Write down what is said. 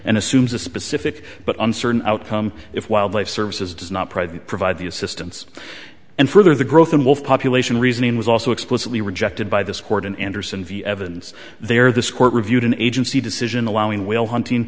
assumes a specific but uncertain outcome if wildlife services does not provide the assistance and further the growth in both population reasoning was also explicitly rejected by this court in anderson v evans there this court reviewed an agency decision allowing whale hunting